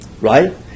right